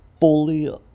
fully